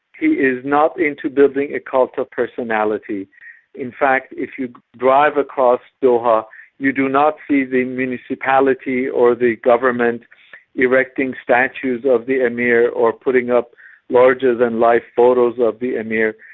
he is not into building a cult of personality in fact, if you drive across doha you do not see the municipality or the government erecting statues of the emir or putting up larger than life photos of the emir,